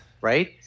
Right